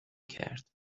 کرد